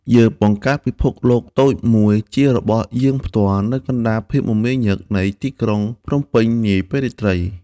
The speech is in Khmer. យើងបង្កើតពិភពលោកតូចមួយជារបស់យើងផ្ទាល់ នៅកណ្តាលភាពមមាញឹកនៃទីក្រុងភ្នំពេញនាពេលរាត្រី។